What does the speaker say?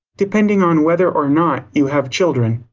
depending on whether or not you have children.